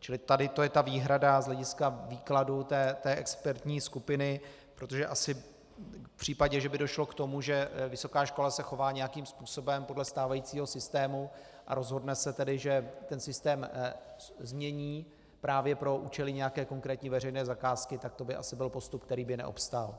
Čili tady to je ta výhrada z hlediska výkladu expertní skupiny, protože asi v případě, že by došlo k tomu, že vysoká škola se chová nějakým způsobem podle stávajícího systému a rozhodne se, že ten systém změní právě pro účely nějaké konkrétní veřejné zakázky, tak to by asi byl postup, který by neobstál.